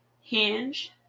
Hinge